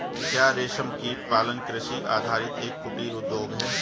क्या रेशमकीट पालन कृषि आधारित एक कुटीर उद्योग है?